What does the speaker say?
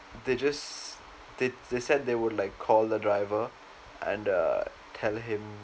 they just they they said they will like call the driver and uh tell him